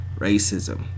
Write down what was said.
Racism